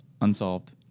unsolved